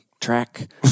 track